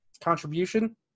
contribution